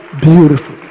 beautiful